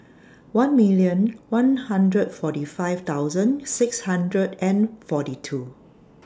one million one hundred forty five thousand six hundred and forty two